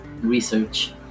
Research